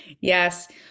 Yes